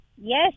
yes